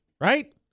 right